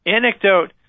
anecdote